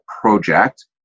project